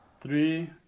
Three